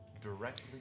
directly